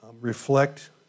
reflect